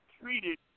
treated